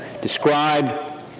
described